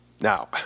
Now